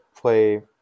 play